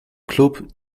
club